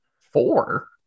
Four